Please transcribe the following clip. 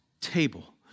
table